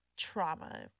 trauma